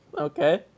Okay